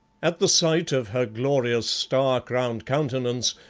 at the sight of her glorious, star-crowned countenance,